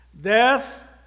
Death